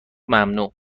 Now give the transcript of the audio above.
ممنوع